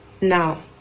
Now